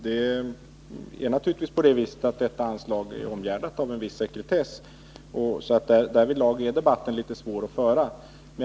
Det är omgärdat med viss sekretess, och det är därvidlag litet svårt att föra en debatt.